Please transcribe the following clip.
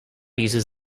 uses